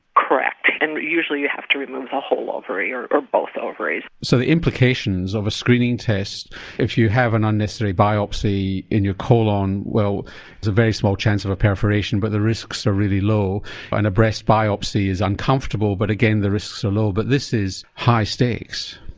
correct and usually you have to remove the whole ovary or or both ovaries. so the implications of a screening test if you have an unnecessary biopsy in your colon, well there's a very small chance of a perforation but the risks are really low and a breast biopsy is uncomfortable but again the risks are low. but this is high stakes.